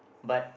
but